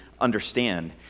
understand